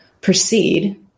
proceed